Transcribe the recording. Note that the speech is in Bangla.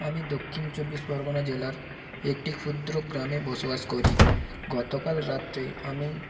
আমি দক্ষিণ চব্বিশ পরগনা জেলার একটি ক্ষুদ্র গ্রামে বসবাস করি গতকাল রাত্রে আমি